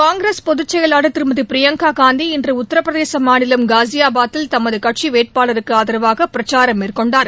காங்கிரஸ் பொதுச் செயலாளர் திருமதிபிரியங்காகாந்தி இன்றுஉத்தரப்பிரதேசமாநிலம் காஸியாபாத்தில் தமதுகட்சிவேட்பாளருக்குஆதரவாகபிரச்சாரம் மேற்கொண்டார்